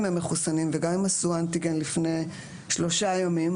הם מחוסנים וגם אם עשו אנטיגן לפני שלושה ימים,